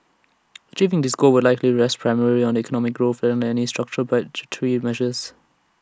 achieving this goal will likely rest primarily on economic growth than any structural budgetary measures